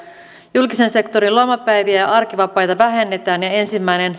julkisen sektorin lomapäiviä ja arkivapaita vähennetään ja ensimmäinen